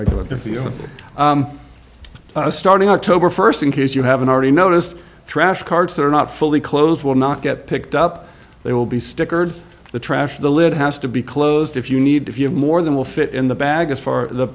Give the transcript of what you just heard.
are starting october first in case you haven't already noticed trash carts that are not fully closed will not get picked up they will be stickered the trash the lid has to be closed if you need to have more than will fit in the bag as far as the